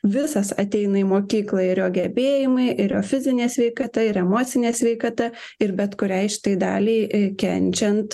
visas ateina į mokyklą ir jo gebėjimai ir jo fizinė sveikata ir emocinė sveikata ir bet kuriai kitai daliai kenčiant